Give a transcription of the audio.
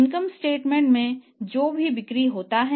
आय statement कहते हैं